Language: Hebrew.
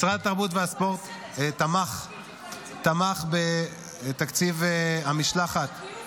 משרד התרבות והספורט תמך בתקציב המשלחת.